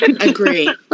Agree